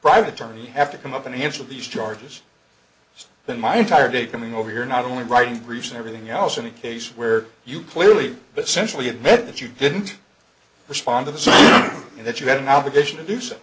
private germany have to come up and answer these charges so then my entire day coming over here not only writing briefs and everything else in a case where you clearly but centrally admit that you didn't respond to the scene and that you had an obligation to do so